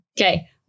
okay